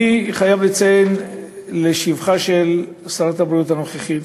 אני חייב לציין לשבחה של שרת הבריאות הנוכחית,